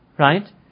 Right